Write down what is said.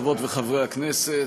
חברות וחברי הכנסת,